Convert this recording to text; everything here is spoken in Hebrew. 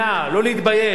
לא להתבייש,